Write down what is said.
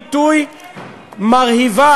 אבל אתה כן, מרהיבה.